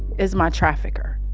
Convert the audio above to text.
as my trafficker.